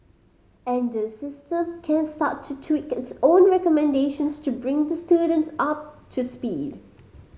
and the system can start to tweak its own recommendations to bring the students up to speed